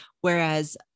Whereas